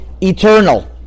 eternal